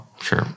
Sure